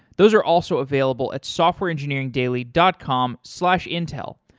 those are also available at softwareengineeringdaily dot com slash intel.